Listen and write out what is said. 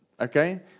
Okay